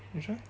which one